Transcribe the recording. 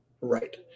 right